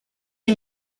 iri